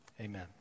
amen